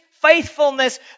Faithfulness